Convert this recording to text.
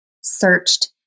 searched